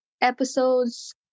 episodes